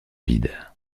vide